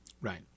right